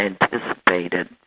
anticipated